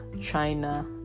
China